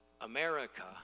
America